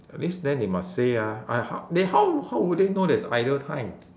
at least then they must say ah I h~ they how how would they know there's either time